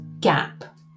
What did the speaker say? gap